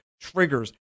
triggers